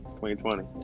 2020